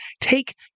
take